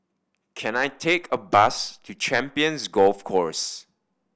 can I take a bus to Champions Golf Course